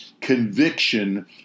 conviction